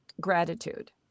Gratitude